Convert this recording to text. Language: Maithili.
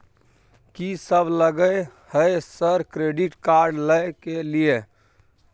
कि सब लगय हय सर क्रेडिट कार्ड लय के लिए?